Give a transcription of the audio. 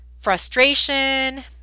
Frustration